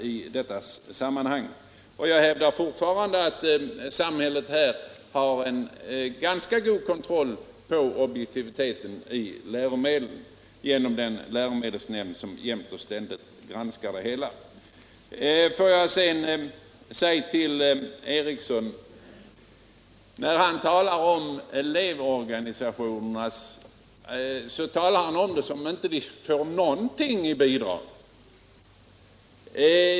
Jag hävdar dessutom fortfarande att samhället har | en ganska god kontroll när det gäller objektiviteten i läromedlen genom den läromedelsnämnd som kontinuerligt granskar dem. Låt mig sedan säga till herr Eriksson i Stockholm att när han talar om elevorganisationerna låter det som om dessa inte får någonting i bidrag.